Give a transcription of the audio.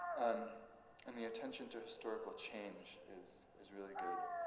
um and the attention to historical change is is really good.